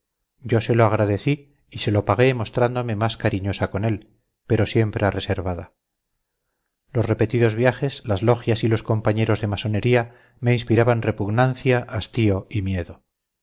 yo se lo agradecí y se lo pagué mostrándome más cariñosa con él pero siempre reservada los repetidos viajes las logias y los compañeros de masonería me inspiraban repugnancia hastío y miedo